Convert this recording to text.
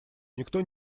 никто